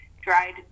dried